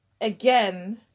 again